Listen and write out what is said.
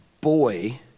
boy